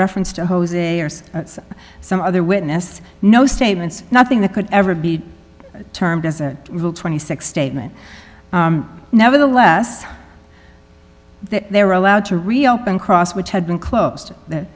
reference to jose or some other witness no statements nothing that could ever be termed as a rule twenty six statement nevertheless they were allowed to reopen cross which had been closed that